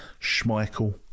Schmeichel